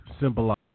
symbolize